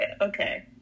Okay